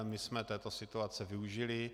My jsme této situace využili.